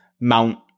Mount